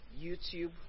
youtube